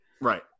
right